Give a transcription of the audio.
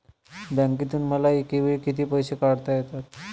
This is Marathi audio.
बँकेतून मला एकावेळी किती पैसे काढता येतात?